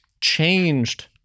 changed